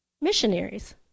missionaries